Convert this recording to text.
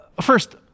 First